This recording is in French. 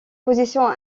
position